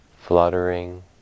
fluttering